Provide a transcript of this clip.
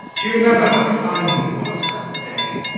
do you remember how fine he was that day.